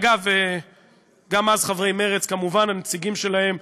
אגב, גם אז חברי מרצ, כמובן, הנציגים שלהם,